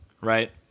right